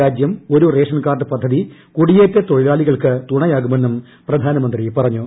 രാജ്യം ട് ഒരു ഒരു റേഷൻ കാർഡ് പദ്ധതി കുടിയേറ്റ തൊഴിലാളികൾക്ക് തുണയാകുമെന്നും പ്രധാനമ്പ്രെത്തി പറഞ്ഞു